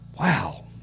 Wow